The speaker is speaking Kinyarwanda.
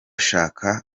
shaka